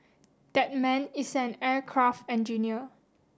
that man is an aircraft engineer